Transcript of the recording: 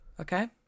Okay